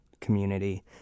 Community